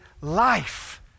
life